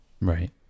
Right